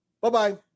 Bye-bye